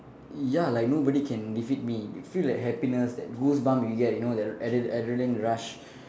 ya like nobody can defeat me you feel like that happiness that goosebump you get you know that adre~ adrenaline rush